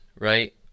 right